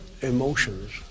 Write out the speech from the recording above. emotions